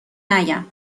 نگم